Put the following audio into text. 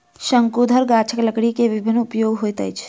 शंकुधर गाछक लकड़ी के विभिन्न उपयोग होइत अछि